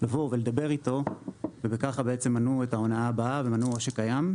לבוא ולדבר איתו וכך בעצם מנעו את ההונאה הבאה ומנעו עושק קיים.